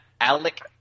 Alec